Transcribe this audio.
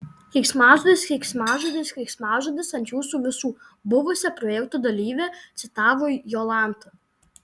keiksmažodis keiksmažodis keiksmažodis ant jūsų visų buvusią projekto dalyvę citavo jolanta